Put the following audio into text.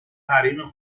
حریم